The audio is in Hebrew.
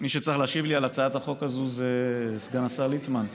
שמי שצריך להשיב לי על הצעת החוק הזאת זה סגן השר ליצמן.